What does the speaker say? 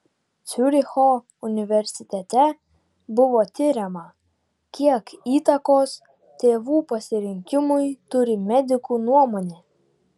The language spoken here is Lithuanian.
ciuricho universitete buvo tiriama kiek įtakos tėvų pasirinkimui turi medikų nuomonė